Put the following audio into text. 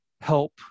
help